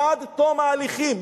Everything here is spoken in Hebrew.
עד תום ההליכים,